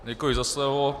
Děkuji za slovo.